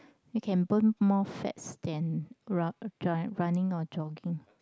you can burn more fats than run running or jogging